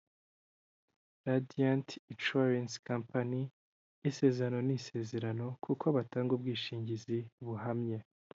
Radiant insurence company isezerano ni isezerano kuko batanga ubwishingizi buhamye.